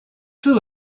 two